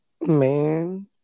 Man